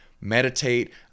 Meditate